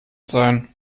sein